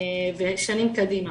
שנים קדימה.